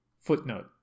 Footnote